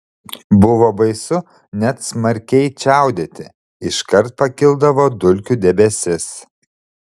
buvo baisu net smarkiai čiaudėti iškart pakildavo dulkių debesis